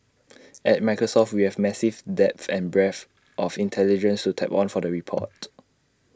at Microsoft we have massive depth and breadth of intelligence to tap on for the report